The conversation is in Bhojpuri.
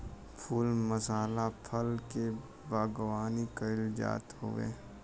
फूल मसाला फल के बागवानी कईल जात हवे